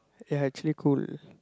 ya actually cool